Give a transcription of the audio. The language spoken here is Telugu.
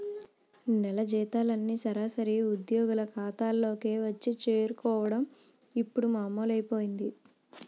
నెల జీతాలన్నీ సరాసరి ఉద్యోగుల ఖాతాల్లోకే వచ్చి చేరుకోవడం ఇప్పుడు మామూలైపోయింది